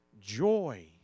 Joy